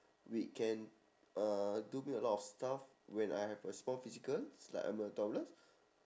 we can uh do a bit a lot of stuff when I have a small physical it's like I'm a toddler